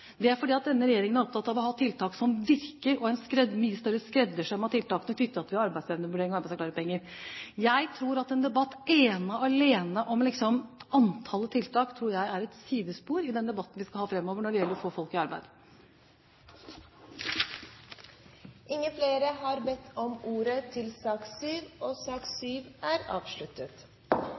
Det er fordi denne regjeringen er opptatt av å ha tiltak som virker, og mange flere skreddersydde tiltak knyttet til arbeidsevnevurdering og arbeidsavklaringspenger. Jeg tror at en debatt ene og alene om antall tiltak er et sidespor i den debatten vi skal ha framover om å få folk i arbeid. Dermed er debatten i sak nr. 7 avsluttet. Først og fremst kan vi vera glade for at vi i vårt land berre har ei arbeidsløyse på vel 3 pst. Det er